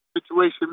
situation